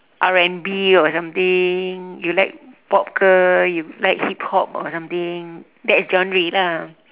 R&B or something you like pop ke you like hip hop or something that is genre lah